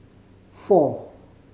four